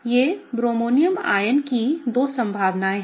ये bromonium ion की दो संभावनाएँ हैं